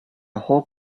whole